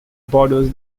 borders